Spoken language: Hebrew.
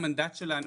לכן אני אומרת,